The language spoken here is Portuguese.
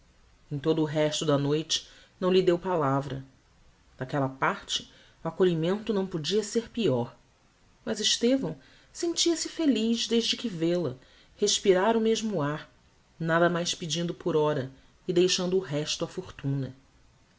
em todo o resto da noite não lhe deu palavra daquella parte o acolhimento não podia ser peior mas estevão sentia-se feliz desde que vel-a respirar o mesmo ar nada mais pedindo por ora e deixando o resto á fortuna